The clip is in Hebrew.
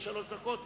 יש שלוש דקות,